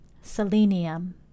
selenium